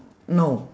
no